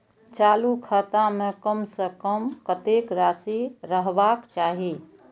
चालु खाता में कम से कम कतेक राशि रहबाक चाही?